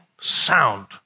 sound